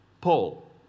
Paul